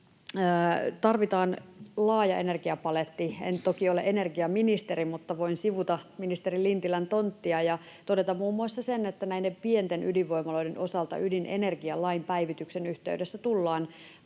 Tarvitaan laaja energiapaletti. En toki ole energiaministeri, mutta voin sivuta ministeri Lintilän tonttia ja todeta muun muassa sen, että näiden pienten ydinvoimaloiden osalta ydinenergialain päivityksen yhteydessä tullaan